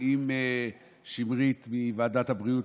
ועם שמרית מוועדת הבריאות,